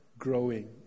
growing